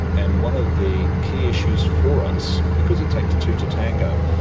and one of the key issues for us, because it takes two to tango,